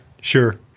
Sure